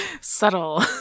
Subtle